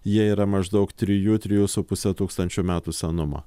jie yra maždaug trijų trijų su puse tūkstančių metų senumo